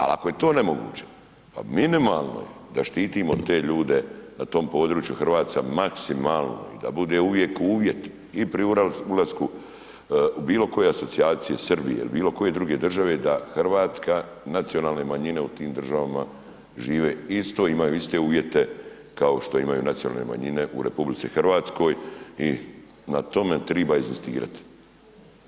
Ali ako je to nemoguće, pa minimalno je da štitimo te ljude na tom području Hrvatske maksimalno i da bude uvijek uvjet i pri ulasku u bilo koje asocijacije Srbije ili bilo koje druge države da Hrvatska, nacionalne manjine u tim državama žive isto, imaju iste uvjete kao što imaju nacionalne manjine u RH i na tome treba inzistirati.